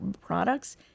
products